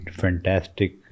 fantastic